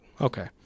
Okay